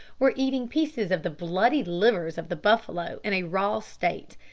were eating pieces of the bloody livers of the buffaloes in a raw state,